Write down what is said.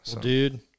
dude